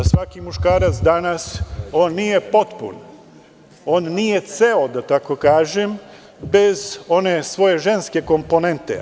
Svaki muškarac danas nije potpun, nije ceo da tako kažem bez one svoje ženske komponente.